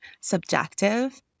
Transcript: subjective